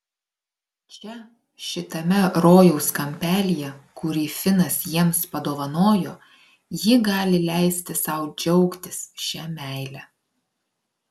čia šitame rojaus kampelyje kurį finas jiems padovanojo ji gali leisti sau džiaugtis šia meile